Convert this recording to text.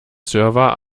server